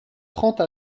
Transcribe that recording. trente